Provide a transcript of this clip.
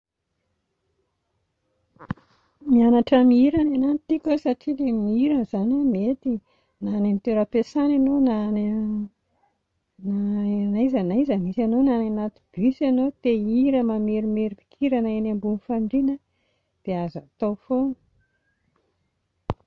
Mianatra mihira ny anà no tiako a satria ilay mihira izany a mety na any amin'ny toeram-piasana ianao na any a na aiza na aiza misy anao na any anaty bus ianao no te hihira mamerimberin-kira na eny ambony fandriana dia azo hatao foana